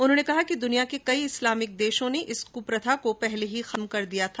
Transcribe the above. उन्होंने कहा कि दुनिया के कई इस्लामिक देशों ने इस कुप्रथा को पहले ही खत्म कर दिया था